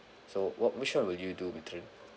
so what which one will you do mithran